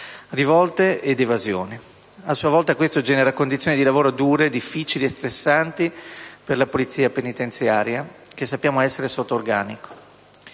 rivolte ed evasioni. A sua volta, questo genera condizioni di lavoro dure, difficili e stressanti per la Polizia penitenziaria, che sappiamo essere sotto organico.